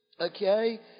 okay